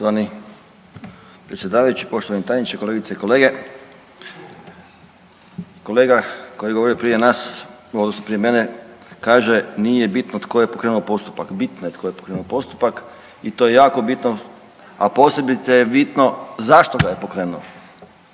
Poštovani predsjedavajući, poštovani tajniče, kolegice i kolege. Kolega koji je govorio prije nas odnosno prije mene kaže nije bitno tko je pokrenuo postupak, bitno je tko je pokrenuo postupak i to je jako bitno, a posebice je bitno zašto ga je pokrenuo.